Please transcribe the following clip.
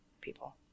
people